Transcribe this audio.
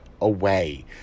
away